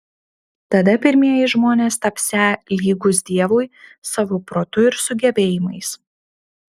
tada pirmieji žmonės tapsią lygūs dievui savo protu ir sugebėjimais